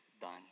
done